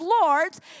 lords